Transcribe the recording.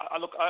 look